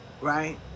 Right